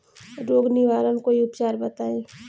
रोग निवारन कोई उपचार बताई?